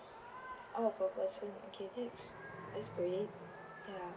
oh per person okay that's that's great yeah